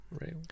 Right